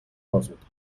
розвитку